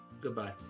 goodbye